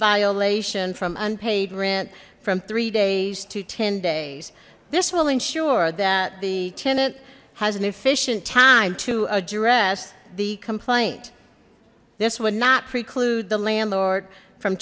violation from unpaid rent from three days to ten days this will ensure that the tenant has an efficient time to address the complaint this would not preclude the landlord from